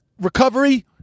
recovery